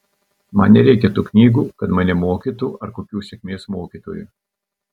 man nereikia tų knygų kad mane mokytų ar kokių sėkmės mokytojų